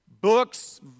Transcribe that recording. Books